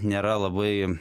nėra labai